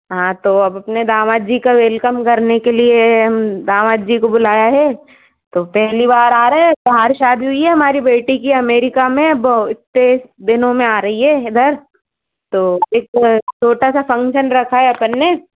हाँ तो अब अपने दामाद जी का वेलकम करने के लिए हम दामाद जी को बुलाया है तो पहली बार आ रहे है बाहर शादी हुई है हमारी बेटी की अमेरिका वो इतने दिनों में आ रही है इधर तो एक छोटा सा फंक्शन रखा है अपन ने